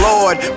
Lord